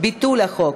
ביטול החוק),